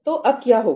तो अब क्या होगा